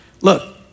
Look